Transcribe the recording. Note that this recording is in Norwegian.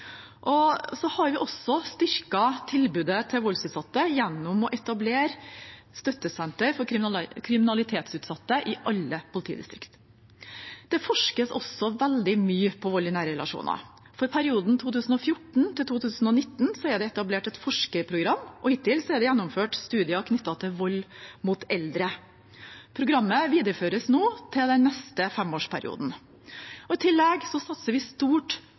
har også styrket tilbudet til voldsutsatte gjennom å etablere støttesenter for kriminalitetsutsatte i alle politidistrikt. Det forskes også veldig mye på vold i nære relasjoner. For perioden 2014–2019 er det etablert et forskerprogram, og hittil er det gjennomført studier knyttet til vold mot eldre. Programmet videreføres i den neste femårsperioden. I tillegg satser vi stort